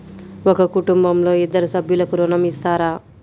ఒక కుటుంబంలో ఇద్దరు సభ్యులకు ఋణం ఇస్తారా?